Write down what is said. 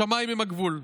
השמיים הם הגבול.